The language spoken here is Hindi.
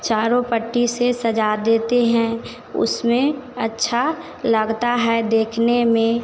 चारों पट्टी से सजा देते हैं उसमें अच्छा लगता है देखने में